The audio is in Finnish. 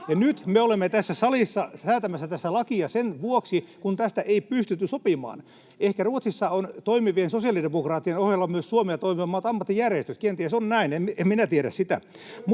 nyt me olemme tässä salissa säätämässä lakia sen vuoksi, että tästä ei pystytty sopimaan. Ehkä Ruotsissa on toimivien sosiaalidemokraattien ohella myös Suomea toimivammat ammattijärjestöt. Kenties on näin, en minä tiedä sitä.